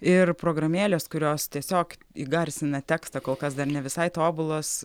ir programėlės kurios tiesiog įgarsina tekstą kol kas dar ne visai tobulos